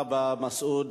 תודה רבה, מסעוד.